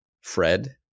Fred